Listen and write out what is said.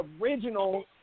original